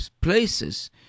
places